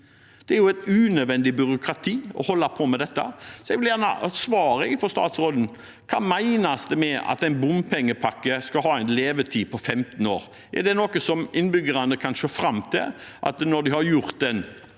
Det er unødvendig byråkrati å holde på med dette, så jeg vil gjerne ha et svar fra statsråden: Hva menes det med at en bompengepakke skal ha en levetid på 15 år? Er det noe innbyggerne kan se fram til, at når de har gjort den